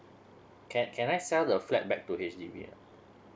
can can I sell the flat back to H_D_B ah